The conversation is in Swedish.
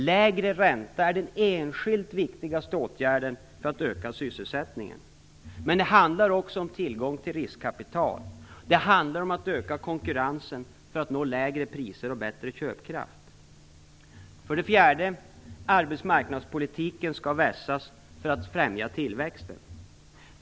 Lägre ränta är den enskilt viktigaste åtgärden för att öka sysselsättningen. Men det handlar också om tillgång till riskkapital, och det handlar om att öka konkurrensen för att nå lägre priser och bättre köpkraft. För det fjärde: Arbetsmarknadspolitiken skall vässas för att främja tillväxten.